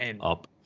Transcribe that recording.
up